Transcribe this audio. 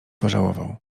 pożałował